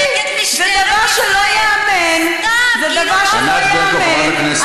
בדבר שלא ייאמן חברת הכנסת ענת ברקו.